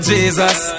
Jesus